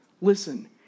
Listen